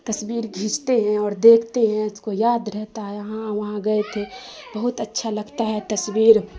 تصویر کھینچتے ہیں اور دیکھتے ہیں اس کو یاد رہتا ہے ہاں وہاں گئے تھے بہت اچھا لگتا ہے تصویر